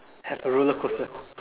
have a roller coaster